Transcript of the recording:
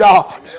God